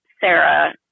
Sarah